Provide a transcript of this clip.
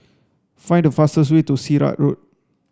find the fastest way to Sirat Road